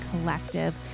Collective